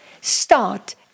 Start